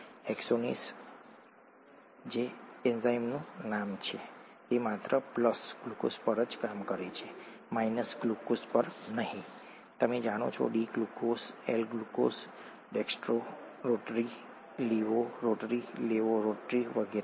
enzyme hexokinase જે એન્ઝાઇમનું નામ છે તે માત્ર પ્લસ ગ્લુકોઝ પર જ કામ કરી શકે છે માઇનસ ગ્લુકોઝ પર નહીં તમે જાણો છો D glucose L glucose dextro rotary rotary levo rotary levo rotary વગેરે